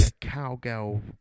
cowgirl